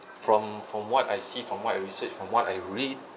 from from what I see from what research from what I read